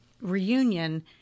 reunion